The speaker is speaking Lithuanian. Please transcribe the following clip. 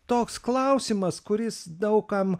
toks klausimas kuris daug kam